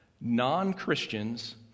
Non-Christians